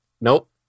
Nope